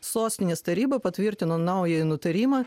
sostinės taryba patvirtino naują nutarimą